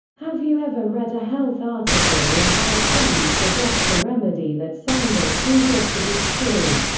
have you ever read a health article or had a friend suggest a remedy that sounded too good to be true?